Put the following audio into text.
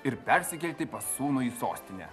ir persikelti pas sūnų į sostinę